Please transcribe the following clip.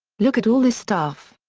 look at all this stuff.